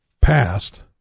past